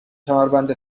کمربند